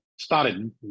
started